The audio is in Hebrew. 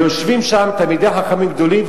ויושבים שם תלמידי חכמים גדולים,